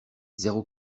zéro